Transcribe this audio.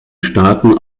staaten